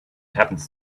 happens